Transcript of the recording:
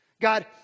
God